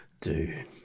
Dude